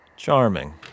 Charming